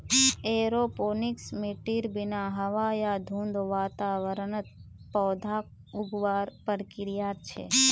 aeroponics मिट्टीर बिना हवा या धुंध वातावरणत पौधाक उगावार प्रक्रिया छे